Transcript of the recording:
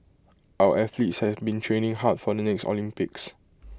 our athletes have been training hard for the next Olympics